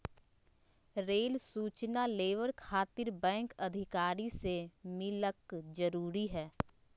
Rail सूचना लेबर खातिर बैंक अधिकारी से मिलक जरूरी है?